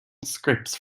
scripts